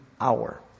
hour